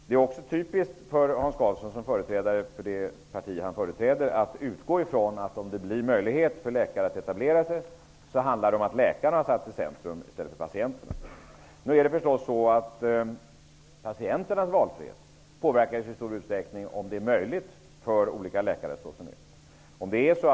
Det är typiskt för Hans Karlsson som företrädare för Socialdemokraterna att utgå från att om det finns möjlighet för läkare att etablera sig att det handlar om att läkarna sätts i centrum i stället för patienterna. Patienternas valfrihet påverkas i stor utsträckning av om det är möjligt för olika läkare att etablera sig.